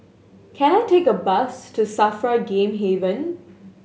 can I take a bus to SAFRA Game Haven